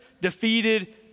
defeated